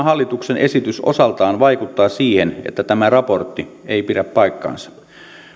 hallituksen esitys osaltaan vaikuttaa siihen että tämä raportti ei pidä paikkaansa